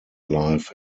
life